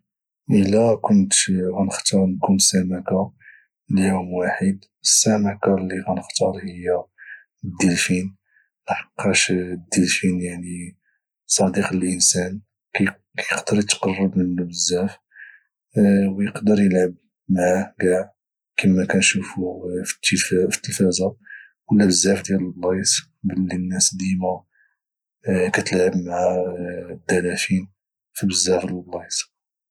الى كنت غنختار نكون سمكة ليوم واحد السمكة اللي غنختار هي الديلفين لحقاش الديلفين يعني صديق للإنسان كيقدر اتقرب منو بزاف ويقدر العب معه كاع كما كنشوفو في التلفازة ولى بزاف ديال البلايص بلي الناس ديما كتعب مع الدلافين فبزاف ديال البلايص